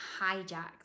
hijacked